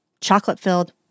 Chocolate-filled